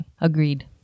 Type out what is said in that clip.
Agreed